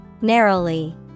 Narrowly